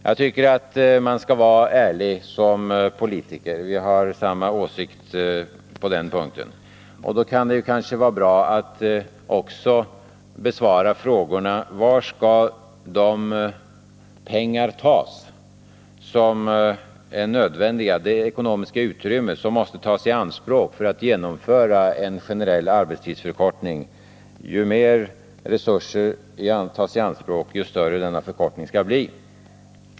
Jag tycker att man som politiker skall vara ärlig — på den punkten har vi samma åsikt. Då kan det kanske vara bra att också besvara frågan: Var skall de pengar tas som är nödvändiga för att genomföra en generell arbetstidsförkortning? Ju större denna förkortning blir, desto större resurser måste tas i anspråk.